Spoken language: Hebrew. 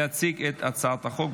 להציג את הצעת החוק,